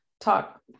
talk